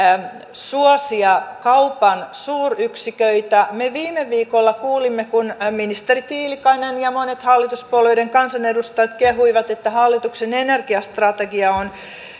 suosia kaupan suuryksiköitä me viime viikolla kuulimme kun ministeri tiilikainen ja ja monet hallituspuolueiden kansanedustajat kehuivat että hallituksen energiastrategia on